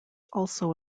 also